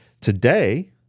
today